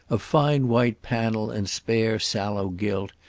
of fine white panel and spare sallow gilt,